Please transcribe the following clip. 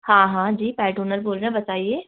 हाँ हाँ जी पेट ओनर बोल रहें बताइए